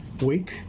week